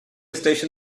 station